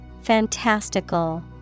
fantastical